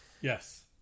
Yes